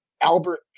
Albert